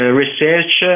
research